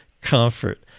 comfort